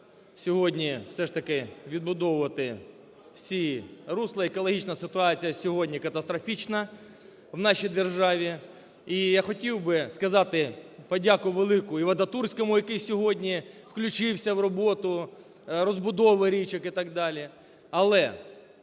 сьогодні все ж таки відбудовувати всі русла. Екологічна ситуація сьогодні катастрофічна в нашій державі. І я хотів би сказати подяку велику і Вадатурському, який сьогодні включився в роботу розбудови річок, і так далі.